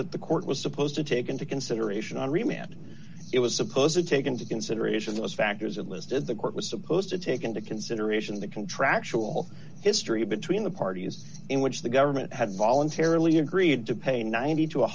that the court was supposed to take into consideration on remit it was supposed to take into consideration those factors and listed the court was supposed to take into consideration the contractual history between the parties in which the government had voluntarily agreed to pay ninety to